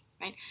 right